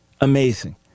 amazing